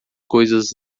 coisas